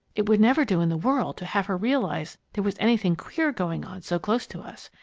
it would never do in the world to have her realize there was anything queer going on so close to us.